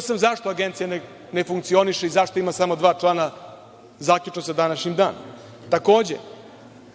sam zašto Agencija ne funkcioniše i zašto ima samo dva člana, zaključno sa današnjim danom? Takođe,